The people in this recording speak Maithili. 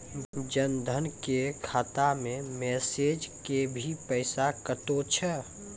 जन धन के खाता मैं मैसेज के भी पैसा कतो छ?